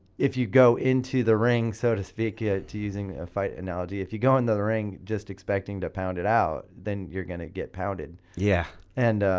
if you go into the ring, so to speak, yeah to using a fight analogy, if you go in the the ring, just expecting to pound it out, then you're gonna get pounded. yeah and